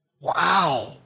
Wow